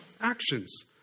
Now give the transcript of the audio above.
actions